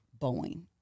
Boeing